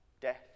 Death